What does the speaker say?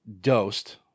dosed